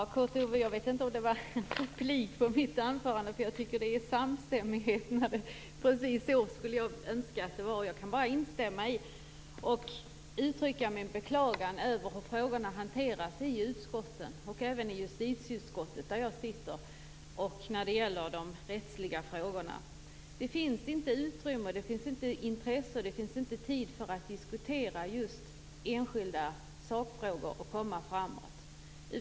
Fru talman! Jag vet inte om Kurt Ove Johansson anförande var en replik på mitt. Jag tycker att det råder en samstämmighet. Precis så skulle jag önska att det var. Jag kan bara instämma i detta och uttrycka mitt beklagande över hur frågorna hanteras i utskotten - också i justitieutskottet, där jag sitter, när det gäller de rättsliga aspekterna. Det finns inget utrymme, det finns inget intresse och det finns ingen tid för att diskutera just enskilda sakfrågor och komma framåt.